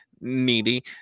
needy